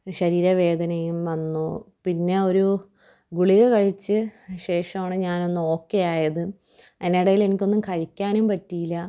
ശരീരവേദനയും വന്നു പിന്നെ ഒരു ഗുളിക കഴിച്ച് ശേഷമാണ് ഞാനൊന്ന് ഓക്കേ ആയത് അതിനിടയില് എനിക്കൊന്നും കഴിക്കാനും പറ്റിയില്ല